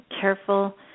careful